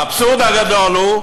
והאבסורד הגדול הוא